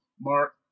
Mark